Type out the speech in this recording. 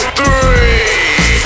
three